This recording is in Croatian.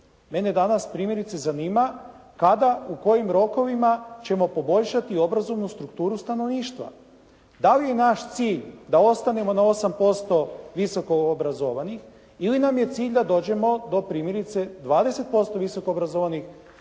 Mene danas primjerice zanima kada, u kojim rokovima ćemo poboljšati obrazovnu strukturu stanovništva? Da li je naš cilj da ostanemo na 8% visokoobrazovanih ili nam je cilj da dođemo do primjerice 20% visokoobrazovanih